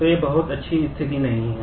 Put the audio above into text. तो यह बहुत अच्छी स्थिति नहीं है